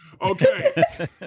Okay